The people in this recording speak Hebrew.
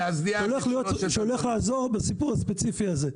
הוא הולך לעזור בסיפור הספציפי הזה.